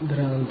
ഭ്രാന്ത്